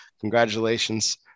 Congratulations